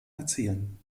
erzielen